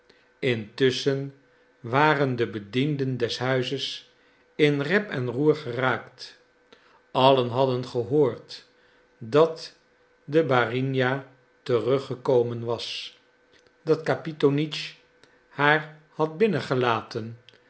intusschen waren de bedienden des huizes in rep en roer geraakt allen hadden gehoord dat de barinja teruggekomen was dat kapitonitsch haar had binnengelaten